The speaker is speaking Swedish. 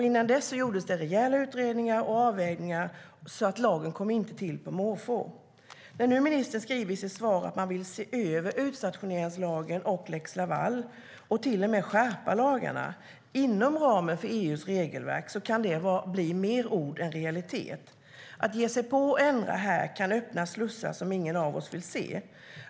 Innan dess gjordes det rejäla utredningar och avvägningar, så lagen kom inte till på måfå. När nu ministern skriver i sitt svar att man vill se över utstationeringslagen och lex Laval - och till och med skärpa lagarna inom ramen för EU:s regelverk - kan det bli mer ord än realitet. Att ge sig på och ändra här kan öppna slussar som ingen av oss vill se.